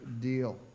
deal